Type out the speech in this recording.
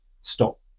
stop